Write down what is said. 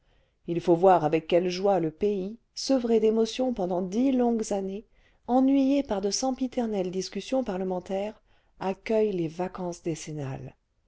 il faut voir avec quelle joie le pays sevré d'émotions pendant dix longues années ennuyé par cle sempiternelles discussions parlementaires accueille les vacances décennales